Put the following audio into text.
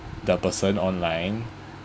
the person online